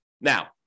Now